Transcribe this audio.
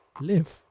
live